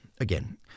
Again